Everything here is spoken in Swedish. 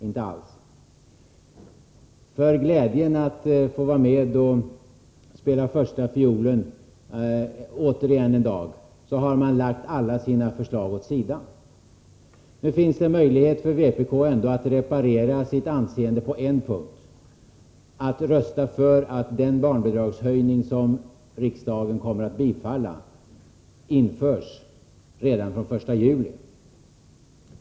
Inte alls. För glädjen att en dag återigen få vara med och spela första fiolen har man lagt alla sina egna förslag åt sidan. Det finns ändå möjlighet för vpk att reparera sitt anseende på en punkt, genom att man röstar för att den barnbidragshöjning som riksdagen kommer att bifalla införs redan från den 1 juli.